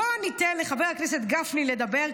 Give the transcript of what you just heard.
בוא ניתן לחבר הכנסת גפני לדבר,